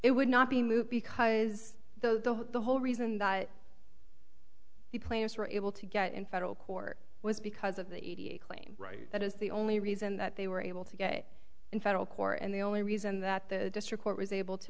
it would not be moot because the the whole reason that the players were able to get in federal court was because of the claim right that is the only reason that they were able to get in federal court and the only reason that the district court was able to